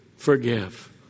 Forgive